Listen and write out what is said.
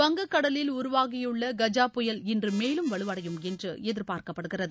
வங்கக்கடலில் உருவாகியுள்ள கஜா புயல் இன்று மேலும் வலுவடையும் என்று எதிர்பார்க்கப்படுகிறது